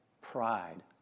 pride